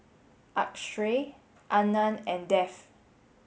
Akshay Anand and Dev